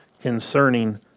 concerning